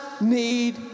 need